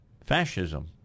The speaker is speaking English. fascism